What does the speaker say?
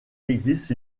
existe